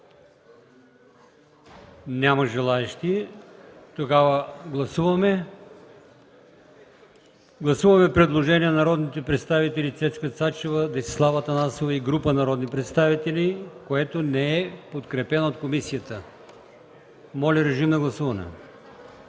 Няма желаещи. Гласуваме предложението на народните представители Цецка Цачева, Десислава Атанасова и група народни представители, което не е подкрепено от комисията. Режим на гласуване.